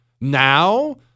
Now